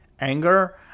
anger